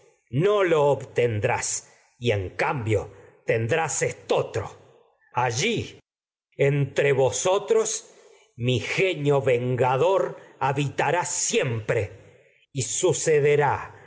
no lo obtendrás mi y en cambio ten drás estotro allí entre y vosotros genio vengador habitará drán siempre herencia sucederá